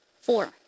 Four